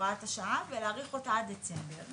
הוראת השעה ולהאריך אותה עד דצמבר.